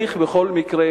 בכל מקרה,